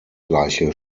gleiche